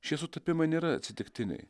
šie sutapimai nėra atsitiktiniai